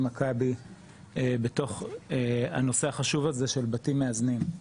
מכבי בתוך הנושא החשוב הזה של בתים מאזנים.